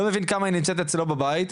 לא מבין כמה היא נמצאת אצלו בבית,